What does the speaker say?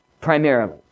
Primarily